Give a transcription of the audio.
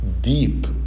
deep